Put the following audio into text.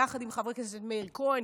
יחד עם חברי הכנסת מאיר כהן,